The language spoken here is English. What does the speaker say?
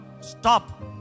Stop